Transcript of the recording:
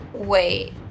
Wait